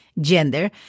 gender